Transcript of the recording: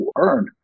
earn